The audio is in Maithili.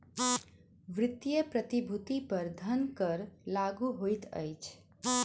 वित्तीय प्रतिभूति पर धन कर लागू होइत अछि